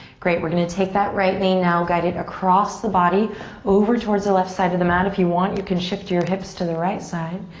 great, we're gonna take that right knee now, guide it across the body over towards the left side of the mat. if you want, you can shift your hips to the right side.